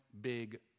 big